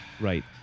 right